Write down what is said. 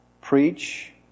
preach